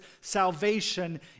salvation